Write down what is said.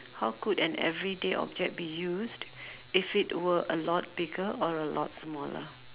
how could an everyday object be used if it were a lot bigger or a lot smaller